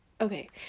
okay